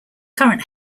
current